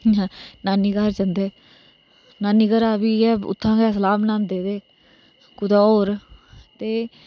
नानी घार जंदे नानी घरा बी इयै उत्थुंआ दा गै सलाह बनांदे ते कुतै होर तेै